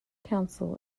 council